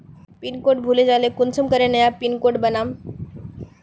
Pin code भूले जाले कुंसम करे नया पिन कोड बनाम?